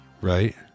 right